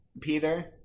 Peter